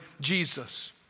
Jesus